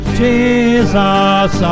jesus